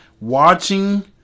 watching